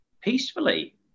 peacefully